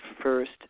first